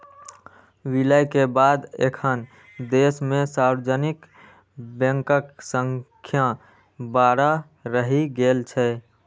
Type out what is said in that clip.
विलय के बाद एखन देश मे सार्वजनिक बैंकक संख्या बारह रहि गेल छै